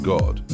God